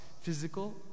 Physical